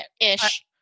ish